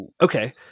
Okay